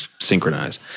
synchronize